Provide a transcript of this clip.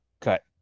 cut